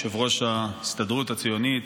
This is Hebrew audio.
יושב-ראש ההסתדרות הציונית